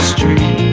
Street